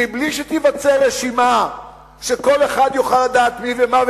מבלי שתיווצר רשימה שכל אחד יוכל לדעת מי ומה,